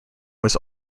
was